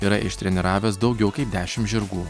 yra ištreniravęs daugiau kaip dešimt žirgų